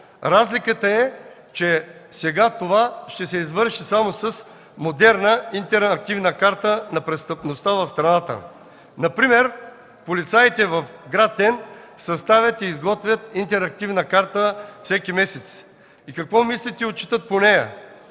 Разликата е, че сега това ще се извърши само с модерна интерактивна карта на престъпността в страната. Например, полицаите в град n съставят и изготвят интерактивна карта всеки месец. И какво мислите отчитат по нея?